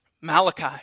Malachi